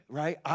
right